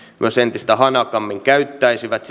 myös entistä hanakammin käyttäisivät